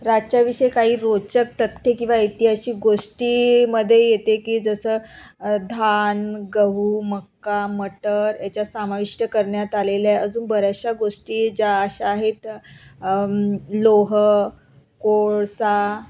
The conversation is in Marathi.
राज्याविषयी काही रोचक तथ्ये किंवा ऐतिहासिक गोष्टीमध्ये येते की जसं धान गहू मक्का मटर याच्या सामाविष्ट करण्यात आलेल्या आहे अजून बऱ्याचशा गोष्टी ज्या अश्या आहेत लोह कोळसा